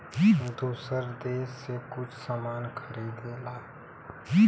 दूसर देस से कुछ सामान खरीदेला